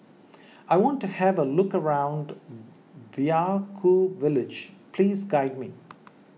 I want to have a look around Vaiaku Village please guide me